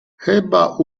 chyba